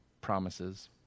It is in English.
promises